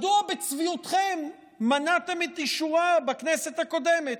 מדוע בצביעותכם מנעתם את אישורה בכנסת הקודמת?